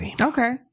Okay